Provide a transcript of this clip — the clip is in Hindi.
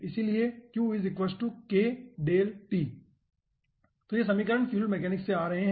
इसलिए तो ये समीकरण फ्लूइड मैकेनिक्स से आ रहे हैं